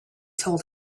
told